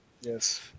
Yes